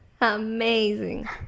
Amazing